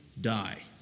die